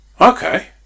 Okay